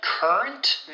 Current